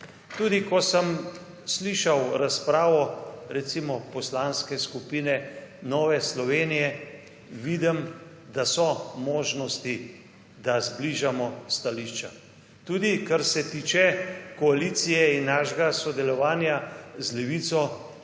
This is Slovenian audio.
Tudi, ko sem slišal razpravo, recimo Poslanske skupine Nove Slovenije, vidim, da so možnosti, da zbližamo stališča. Tudi, kar se tiče koalicije in našega sodelovanja z Levico, ni